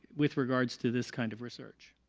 with regards to this kind of research?